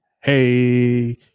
hey